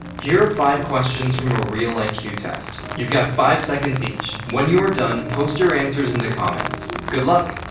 here are five questions from a real like iq test, you've got five seconds each. when you are done post your answers in the comments good luck!